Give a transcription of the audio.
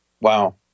Wow